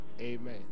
Amen